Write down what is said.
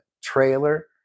trailer